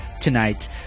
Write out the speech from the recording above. tonight